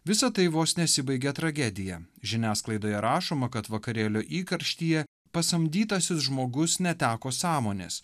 visa tai vos nesibaigė tragedija žiniasklaidoje rašoma kad vakarėlio įkarštyje pasamdytasis žmogus neteko sąmonės